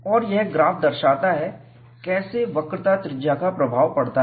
और यह ग्राफ दर्शाता है कैसे वक्रता त्रिज्या का प्रभाव पड़ता है